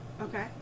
Okay